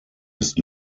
ist